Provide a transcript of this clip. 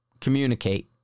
communicate